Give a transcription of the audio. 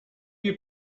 you